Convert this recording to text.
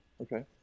Okay